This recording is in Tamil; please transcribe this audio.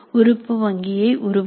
உறுப்பு வங்கியை உருவாக்கும்